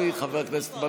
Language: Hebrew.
חבר הכנסת קרעי,